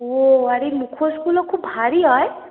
ও আর এই মুখোশগুলো খুব ভারী হয়